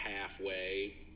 halfway